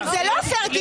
אבל זה לא פייר,